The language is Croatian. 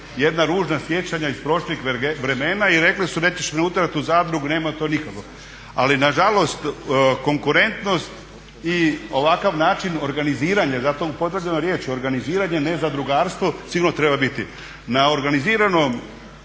jedna ružna sjećanja iz prošlih vremena i rekli su nećeš me utjerat u zadrugu nemoj to nikako. Ali na žalost konkurentnost i ovakav način organiziranja, zato upotrebljavam riječ organiziranje ne zadrugarstvo sigurno treba biti. Na organiziranom